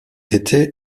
été